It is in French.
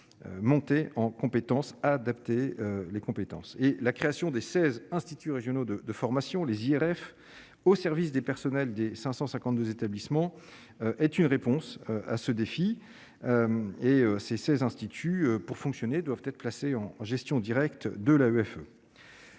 monter en compétences adapter les compétences et la création des 16 instituts régionaux de formation les IRF au service des personnels des 552 établissements est une réponse à ce défi et ces ces instituts pour fonctionner doivent être placés en gestion directe de l'AMF,